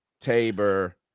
Tabor